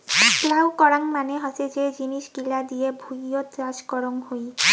plough করাং মানে হসে যে জিনিস গিলা দিয়ে ভুঁইয়ত চাষ করং হই